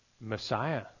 Messiah